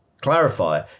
clarify